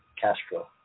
Castro